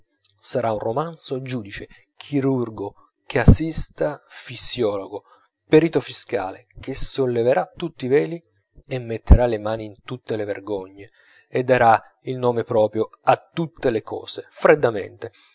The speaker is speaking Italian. sarà un romanziere giudice chirurgo casista fisiologo perito fiscale che solleverà tutti i veli e metterà le mani in tutte le vergogne e darà il nome proprio a tutte le cose freddamente